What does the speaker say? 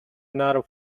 another